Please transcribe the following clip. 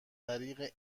طریق